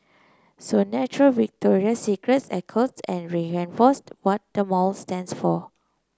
so natural Victoria's Secret echoes and reinforce what the mall stands for